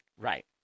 Right